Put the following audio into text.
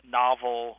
novel